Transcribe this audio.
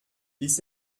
bis